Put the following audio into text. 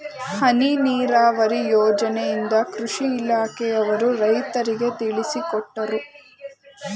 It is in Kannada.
ಹನಿ ನೀರಾವರಿ ಯೋಜನೆಯಿಂದ ಕೃಷಿ ಇಲಾಖೆಯವರು ರೈತರಿಗೆ ತಿಳಿಸಿಕೊಟ್ಟರು